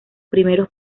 primeros